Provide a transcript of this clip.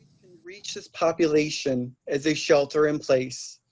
and reach this population as they shelter in place.